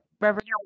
Reverend